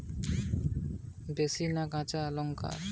শুক্নো লঙ্কার দাম বেশি না কাঁচা লঙ্কার?